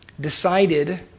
decided